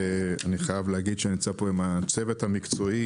אני חייב להגיד שאני נמצא פה עם הצוות המקצועי,